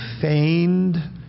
feigned